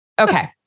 Okay